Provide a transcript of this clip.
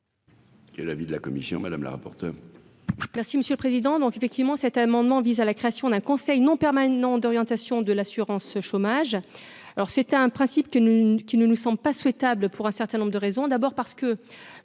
l'avis de la commission madame la rapporteure. Merci monsieur le président, donc, effectivement, cet amendement vise à la création d'un Conseil non permanent d'orientation de l'assurance chômage, alors c'était un principe qu'une qu'ne nous semble pas souhaitable pour un certain nombre de raisons, d'abord parce que